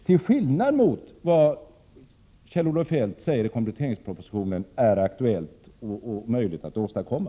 Det skiljer sig från vad Kjell-Olof Feldt i kompletteringspropositionen säger är aktuellt och möjligt att åstadkomma.